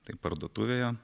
tai parduotuvėje